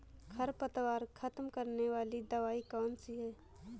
खरपतवार खत्म करने वाली दवाई कौन सी है?